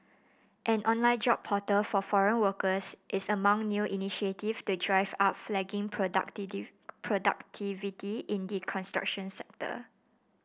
an online job portal for foreign workers is among new initiatives to drive up flagging productivity in the construction sector